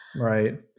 Right